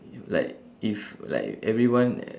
like if like everyone